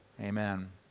Amen